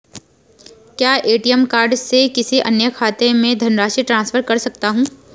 क्या ATM card से किसी अन्य खाते में धनराशि ट्रांसफर कर सकता हूँ?